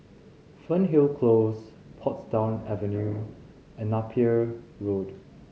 Fernhill Close Portsdown Avenue and Napier Road